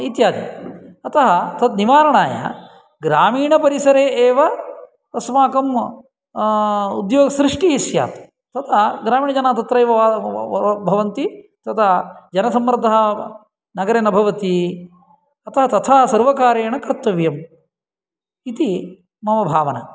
इत्यादि अतः तन्निवारणाय ग्रामीणपरिसरे एव अस्माकं उद्योगसृष्टिः स्यात् तथा ग्रामीणजनाः तत्रैव वा भवन्ति तदा जनसम्मर्दः नगरे न भवति अतः तथा सर्वकारेण कर्तव्यम् इति मम भावना